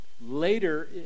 Later